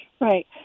Right